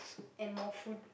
and more food